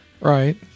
Right